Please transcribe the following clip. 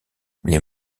les